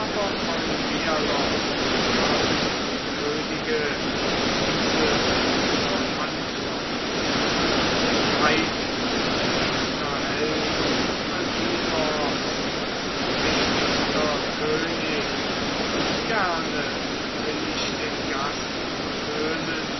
gab dem könige dieses zur antwort weitgepriesener held alkinoos mächtigster könig gerne will ich den gast versöhnen